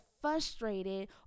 frustrated